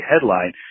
headline